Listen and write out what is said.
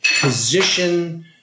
position